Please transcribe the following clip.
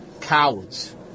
Cowards